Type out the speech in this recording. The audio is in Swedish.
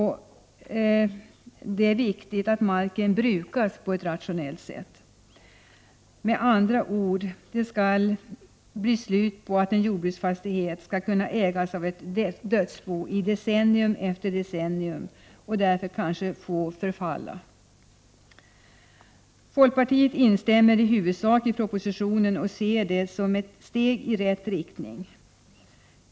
Det är viktigt att marken brukas på ett rationellt sätt. Med andra ord skall det bli slut på att en jordbruksfastighet skall kunna ägas av ett dödsbo i decennium efter decennium och därför kanske förfalla. Folkpartiet instämmer i huvudsak i propositionen och ser förslaget som ett steg i rätt riktning.